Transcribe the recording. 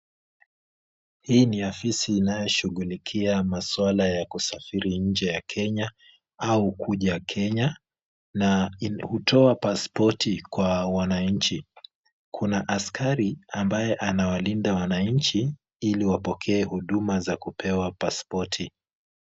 Hili ni afisi inayoshughulikia maswala ya kusafiri nnje ya Kenya au kuja Kenya, na hutoa paspoti kwa wananchi. Kuna askari ambaye analindwa wananchi ili wapokee huduma za kupewa paspoti.